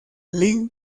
league